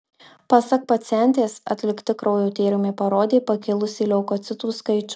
pasak pacientės atlikti kraujo tyrimai parodė pakilusį leukocitų skaičių